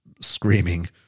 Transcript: screaming